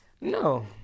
No